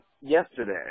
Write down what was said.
yesterday